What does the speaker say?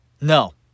No